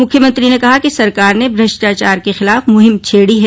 मुख्यमंत्री ने कहा कि सरकार ने भ्रष्टाचार के खिलाफ मुहीम छेड़ी है